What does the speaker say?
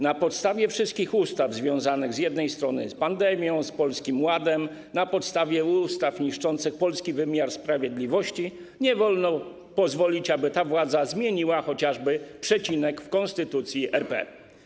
Na podstawie wszystkich ustaw związanych z jednej strony z pandemią, z Polskim Ładem, na podstawie ustaw niszczących polski wymiar sprawiedliwości nie wolno pozwolić, aby ta władza zmieniła chociażby przecinek w Konstytucji RP.